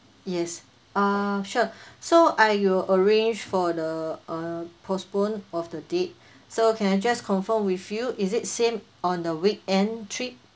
yes uh sure so I will arrange for the uh postpone of the date so can I just confirm with you is it same on the weekend trip